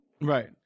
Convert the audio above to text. Right